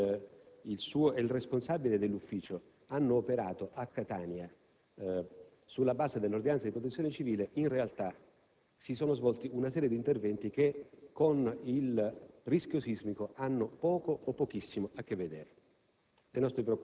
e il responsabile dell'ufficio hanno operato a Catania, sulla base dell'ordinanza di Protezione civile, in realtà si è svolta una serie di interventi che con il rischio sismico avevano poco o pochissimo a che vedere.